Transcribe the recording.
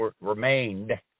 remained